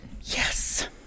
Yes